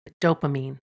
dopamine